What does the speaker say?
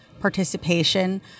participation